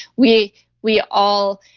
we we all,